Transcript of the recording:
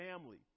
family